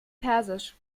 persisch